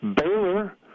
Baylor